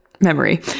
memory